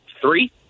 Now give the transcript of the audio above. three